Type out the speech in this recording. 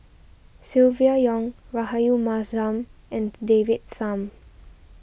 Silvia Yong Rahayu Mahzam and David Tham